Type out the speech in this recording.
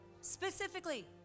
Specifically